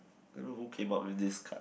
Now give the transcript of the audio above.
don't know who came out with this card